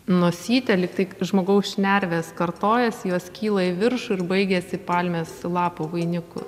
nosytė lygtai žmogaus šnervės kartojasi jos kyla į viršų ir baigiasi palmės lapų vainiku